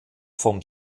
vom